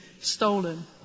stolen